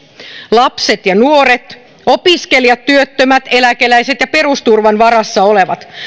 lapset ja nuoret opiskelijat työttömät eläkeläiset ja perusturvan varassa olevat